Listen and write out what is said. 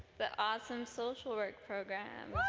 the awesome social work program